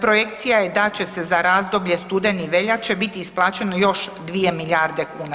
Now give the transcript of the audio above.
Projekcija je da će se za razdoblje studeni – veljače biti isplaćeno još 2 milijarde kuna.